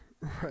right